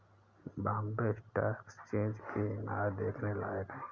Bombay stock exchange की इमारत देखने लायक है